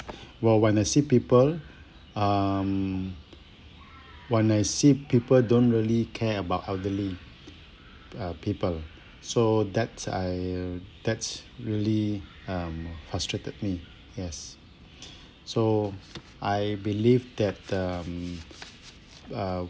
well when I see people um when I see people don't really care about elderly uh people so that's I that's really um frustrated me yes so I believe that um uh